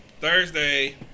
Thursday